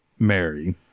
mary